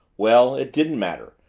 well it didn't matter.